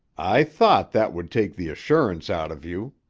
i thought that would take the assurance out of you,